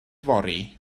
fory